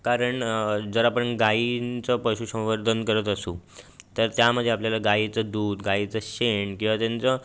कारण जर आपण गाईंचं पशुसंवर्धन करत असू तर त्यामध्ये आपल्याला गाईचं दूध गाईचं शेण किंवा त्यांच्या